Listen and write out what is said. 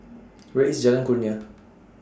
Where IS Jalan Kurnia